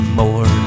more